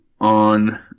on